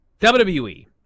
wwe